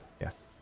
yes